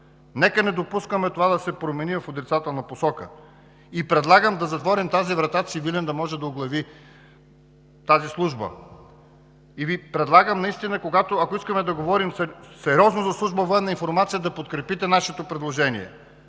Нека да не допускаме това да се промени в отрицателна посока. Предлагам да затворим тази врата цивилен да може да оглави тази служба. Предлагам Ви наистина, ако искаме да говорим сериозно за Служба „Военна информация“, да подкрепите нашето предложение.